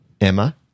emma